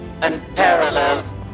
unparalleled